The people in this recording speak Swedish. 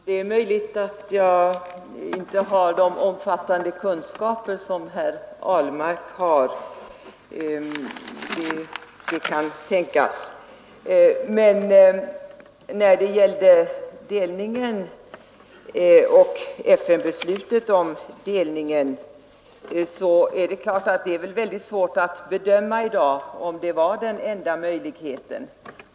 Herr talman! Det är möjligt att jag inte har de omfattande kunskaper som herr Ahlmark har — det kan tänkas. Men när det gällde FN-beslutet om delningen vill jag säga att det är väldigt svårt att i dag bedöma om det var den enda möjligheten.